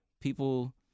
People